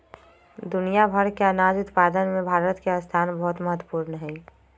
दुनिया भर के अनाज उत्पादन में भारत के स्थान बहुत महत्वपूर्ण हई